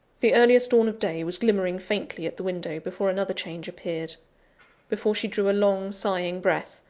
the earliest dawn of day was glimmering faintly at the window, before another change appeared before she drew a long, sighing breath,